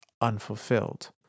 unfulfilled